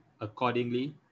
accordingly